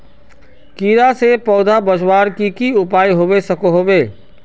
कीड़ा से पौधा बचवार की की उपाय होबे सकोहो होबे?